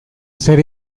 zer